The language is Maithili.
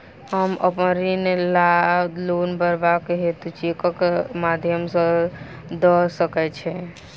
हम अप्पन ऋण वा लोन भरबाक हेतु चेकक माध्यम सँ दऽ सकै छी?